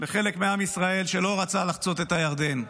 לחלק מעם ישראל שלא רצה לחצות את הירדן: